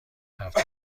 هفته